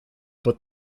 but